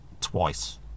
twice